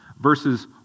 verses